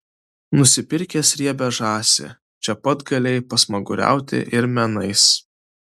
nusipirkęs riebią žąsį čia pat galėjai pasmaguriauti ir menais